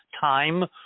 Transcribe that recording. time